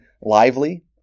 lively